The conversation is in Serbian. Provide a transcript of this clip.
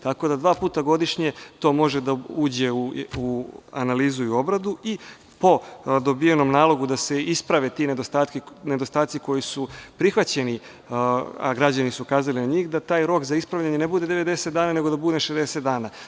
Tako da dva puta godišnje to može da uđe u analizu i obradu i po dobijenom nalogu da se isprave ti nedostaci koji su prihvaćeni, a građani su ukazali na njih, da taj rok za ispravljanje ne bude deset dana, nego da bude 60 dana.